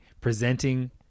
presenting